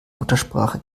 muttersprache